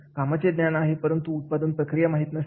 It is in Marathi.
कामाचे ज्ञान आहे परंतु उत्पादनाची प्रक्रिया माहीत नसणे